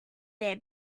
their